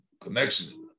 connection